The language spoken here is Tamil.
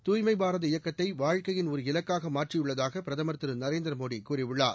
துப்மை பாரத இயக்கத்தை வாழ்க்கையின் ஒரு இலக்காக மாற்றியுள்ளதாக பிரதம் திரு நரேந்திரமோடி கூறியுள்ளார்